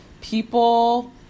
people